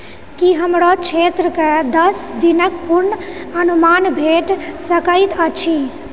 की हमर क्षेत्रकेँ दश दिनक पूर्व अनुमान भेटि सकैत अछि